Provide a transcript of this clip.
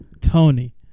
Tony